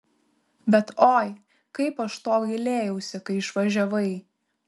bet oi kaip aš to gailėjausi kai išvažiavai